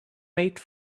made